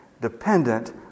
dependent